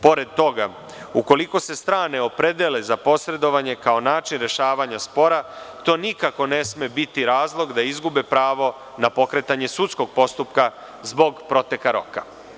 Pored toga, ukoliko se strane opredele za posredovanje kao način rešavanja spora, to nikako ne sme biti razlog da izgube pravo na pokretanje sudskog postupka zbog proteka roka.